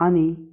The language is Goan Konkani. आनी